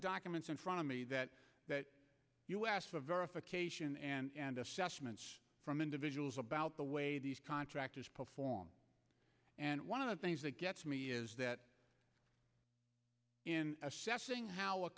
documents in front of me that that u s for verification and assessments from individuals about the way these contractors perform and one of the things that gets me is that in assessing how a